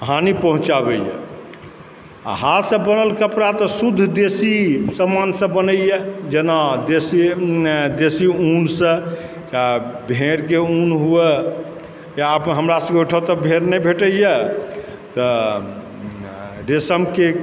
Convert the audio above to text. हानि पहुँचाबैए आ हाथसँ बनल कपड़ा तऽ शुद्ध देसी समानसँ बनैए जेना देसी देसी ऊनसँ आ भेड़के ऊन हुए या हमरासभक ओहिठाम तऽ भेड़ नहि भेटैए तऽ रेसमके